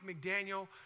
McDaniel